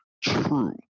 true